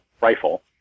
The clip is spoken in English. rifle